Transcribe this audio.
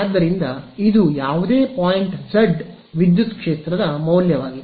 ಆದ್ದರಿಂದ ಇದು ಯಾವುದೇ ಪಾಯಿಂಟ್ z ವಿದ್ಯುತ್ ಕ್ಷೇತ್ರದ ಮೌಲ್ಯವಾಗಿದೆ